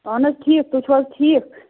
اَہَن حظ ٹھیٖک تُہۍ چھُو حظ ٹھیٖک